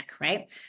right